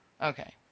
Okay